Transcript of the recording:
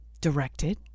directed